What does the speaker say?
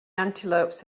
antelopes